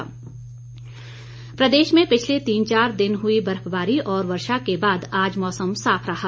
मौसम प्रदेश में पिछले तीन चार दिन हुई बर्फबारी और वर्षा के बाद आज मौसम साफ रहा